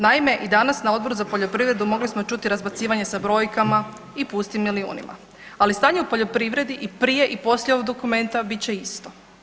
Naime, i danas na Odboru za poljoprivredu mogli smo čuti razbacivanje sa brojkama i pustim milijunima, ali stanje u poljoprivredi i prije i poslije ovog dokumenta bit će isto.